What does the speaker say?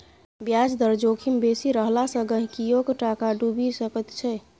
ब्याज दर जोखिम बेसी रहला सँ गहिंकीयोक टाका डुबि सकैत छै